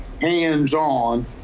hands-on